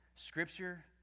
Scripture